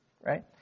right